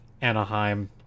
Anaheim